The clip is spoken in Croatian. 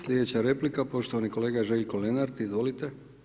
Slijedeća replika poštovani kolega Željko Lenart, izvolite.